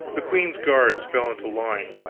the queen's guards fell into line,